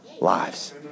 lives